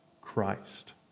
Christ